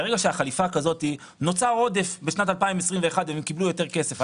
בשנת 2021 נוצר עודף והם קיבלו יותר כסף.